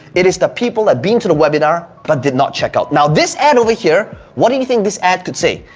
it is the people that been to the webinar, but did not check out. now this ad over here. what do you think this ad could say?